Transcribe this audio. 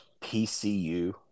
PCU